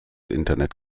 internet